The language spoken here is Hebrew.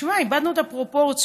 שמע, איבדנו את הפרופורציות.